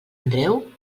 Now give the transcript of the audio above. andreu